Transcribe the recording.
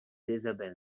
isabel